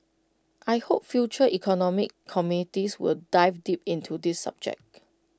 I hope future economic committees will dive deep into this subject